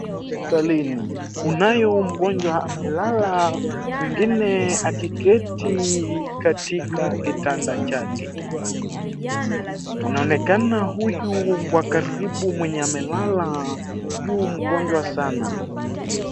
Hospitalini. Kunaye mgonjwa amelala, mwingine akiketi katika kitanda chake. Kunaonekana huyu wa karibu mwenye amelala yu mgonjwa sana.